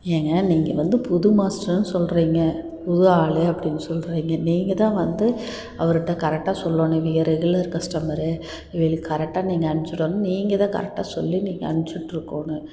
ஏங்க நீங்கள் வந்து புது மாஸ்டர்ன்னு சொல்கிறீங்க புது ஆளு அப்படின்னு சொல்கிறீங்க நீங்கள்தான் வந்து அவர்கிட்ட கரெக்டாக சொல்லணும் இவங்க ரெகுலர் கஸ்டமரு இவைகளுக்கு கரெக்டாக நீங்கள் அனுப்பிச்சுடணும் நீங்கள் தான் கரெக்டாக சொல்லி நீங்கள் அனுப்பிச்சு விட்ருக்கோணும்